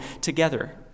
together